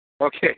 Okay